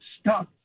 stuck